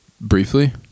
Briefly